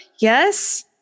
Yes